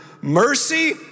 mercy